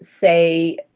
say